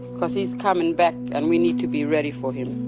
cause he's coming back and we need to be ready for him.